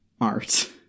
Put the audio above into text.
art